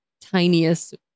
tiniest